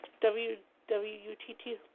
W-W-U-T-T